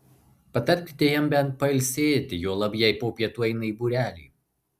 patarkite jam bent pailsėti juolab jei po pietų eina į būrelį